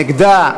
נגדה,